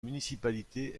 municipalité